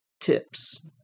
Tips